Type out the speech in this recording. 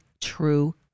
true